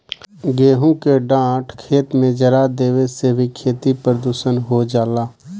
गेंहू के डाँठ खेत में जरा देवे से भी खेती प्रदूषित हो जाला